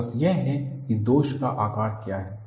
focus यह है कि दोष का आकार क्या है